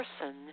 person